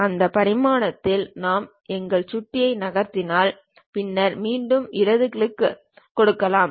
அந்த பரிமாணத்தில் நாம் எங்கள் சுட்டியை நகர்த்தலாம் பின்னர் மீண்டும் இடது கிளிக் கொடுக்கலாம்